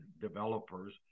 developers